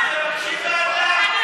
אז תבקשי ועדה.